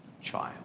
child